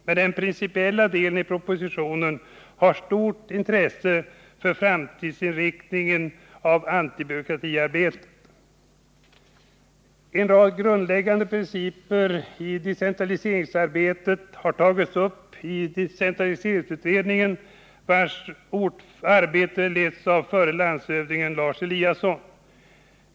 Men den principiella delen av propositionen har stort intresse för framtidsinriktningen av antibyråkratiarbetet. En rad grundläggande principer i decentraliseringsarbetet har tagits upp i decentraliseringsutredningen, vars arbete leds av förre landshövdingen Lars Eliasson.